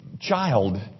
child